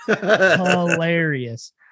hilarious